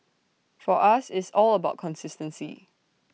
for us it's all about consistency